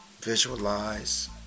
visualize